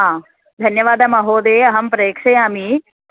हा धन्यवादः महोदये अहं प्रेक्षयामि